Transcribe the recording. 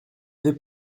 veut